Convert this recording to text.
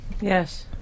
Yes